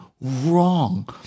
wrong